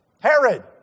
Herod